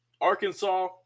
Arkansas